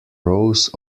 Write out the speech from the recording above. rose